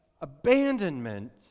abandonment